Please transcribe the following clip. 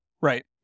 Right